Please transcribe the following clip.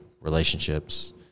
relationships